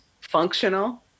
functional